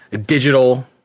digital